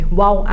wow